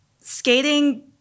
Skating